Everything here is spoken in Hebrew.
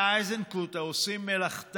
איננו נוכח,